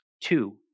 Two